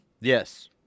Yes